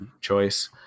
choice